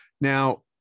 Now